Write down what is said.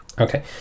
Okay